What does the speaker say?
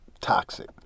toxic